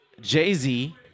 Jay-Z